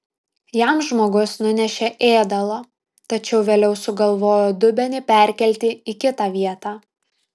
jam žmogus nunešė ėdalo tačiau vėliau sugalvojo dubenį perkelti į kitą vietą